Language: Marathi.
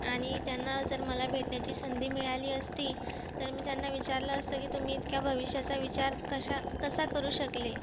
आणि त्यांना जर मला भेटण्याची संधी मिळाली असती तर मी त्यांना विचारलं असतं की तुम्ही इतक्या भविष्याचा विचार कशा कसा करू शकले